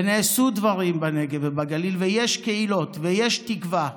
ונעשו דברים בנגב ובגליל, ויש קהילות ויש תקווה.